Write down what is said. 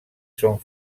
són